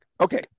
Okay